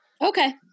Okay